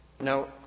Now